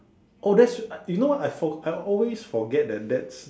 oh that's you know I for~ I always forget that that's